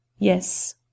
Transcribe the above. Yes